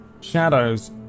shadows